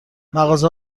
مغازه